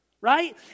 right